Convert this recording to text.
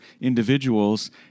individuals